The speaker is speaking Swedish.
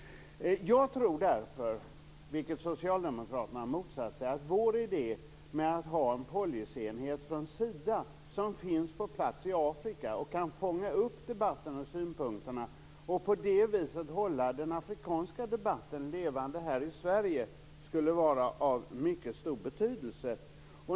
Jag tror därför, vilket socialdemokraterna har motsatt sig, att vår idé om att ha en policyenhet inom Sida ,som finns på plats i Afrika och som kan fånga upp debatten och synpunkterna och på det viset hålla den afrikanska debatten levande här i Sverige, skulle vara av mycket stor betydelse.